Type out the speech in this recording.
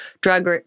drug